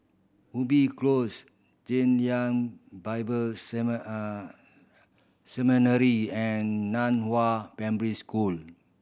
Ubi Close Chen Lien Bible Seminary and Nan Hua Primary School